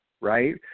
right